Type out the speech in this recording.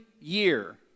year